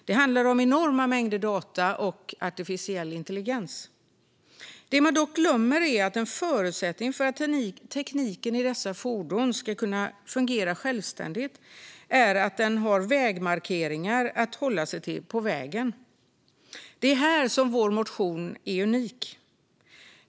Det handlar om enorma mängder data och artificiell intelligens. Det man dock glömmer är att en förutsättning för att tekniken i dessa fordon ska kunna fungera självständigt är att den har vägmarkeringar att hålla sig till på vägen. Det är här som vår motion är unik.